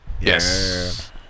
Yes